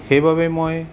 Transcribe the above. সেইবাবে মই